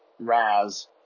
Raz